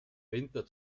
winter